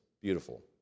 beautiful